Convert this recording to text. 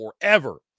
forever